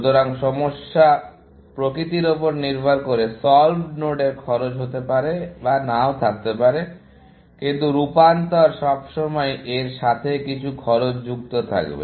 সুতরাং সমস্যার প্রকৃতির উপর নির্ভর করে সল্ভড নোডের খরচ হতে পারে বা নাও থাকতে পারে কিন্তু রূপান্তর সবসময়ই এর সাথে কিছু খরচ যুক্ত থাকবে